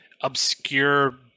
obscure